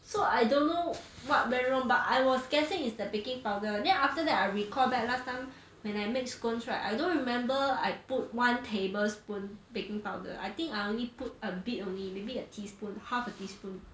so I don't know what went wrong but I was guessing it's the baking powder then after that I recall back last time when I make scones right I don't remember I put one tablespoon baking powder I think I only put a bit only maybe a teaspoon half a teaspoon